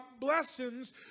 blessings